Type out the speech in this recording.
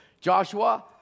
Joshua